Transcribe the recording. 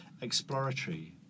exploratory